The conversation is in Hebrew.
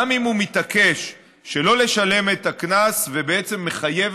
גם אם הוא מתעקש שלא לשלם את הקנס ובעצם מחייב